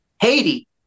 Haiti